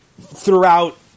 throughout